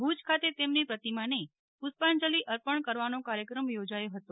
ભુજ ખાતે તેમની પ્રતિમાને પુષ્પાંજલિ અર્પણ કરવાનો કાર્યક્રમ યોજાયો ફતો